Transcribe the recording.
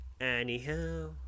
Anyhow